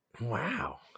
Wow